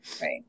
Right